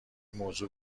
موضوع